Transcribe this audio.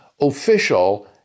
official